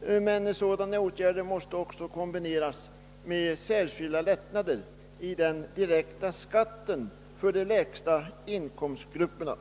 Dessa åtgärder måste emellertid kombineras med särskilda lättnader i den direkta skatten för de Jägsta inkomstgrupperna.